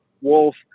Wolf